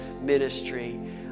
ministry